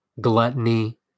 gluttony